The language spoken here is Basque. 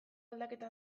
aldaketa